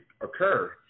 occur